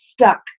stuck